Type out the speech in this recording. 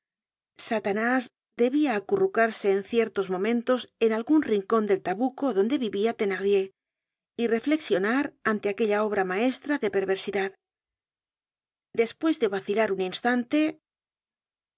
satanás debia acurrucarse en ciertos momentos en algun rincon del tabuco donde vivia thenardier y reflexionar ante aquella obra maestra de perversidad despues de vacilar un instante